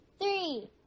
three